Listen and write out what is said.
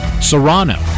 Serrano